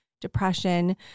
depression